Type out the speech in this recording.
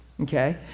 okay